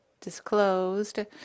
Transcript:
disclosed